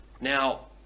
Now